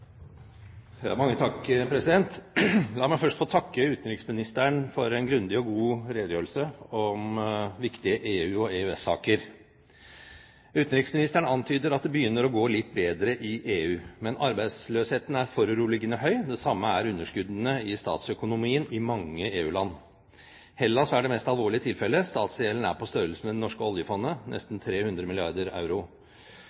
god redegjørelse om viktige EU- og EØS-saker. Utenriksministeren antyder at det begynner å gå litt bedre i EU. Men arbeidsløsheten er foruroligende høy, det samme er underskuddene i statsøkonomien i mange EU-land. Hellas er det mest alvorlige tilfellet – statsgjelden er på størrelse med det norske oljefondet,